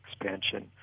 expansion